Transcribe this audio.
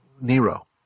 Nero